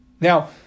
Now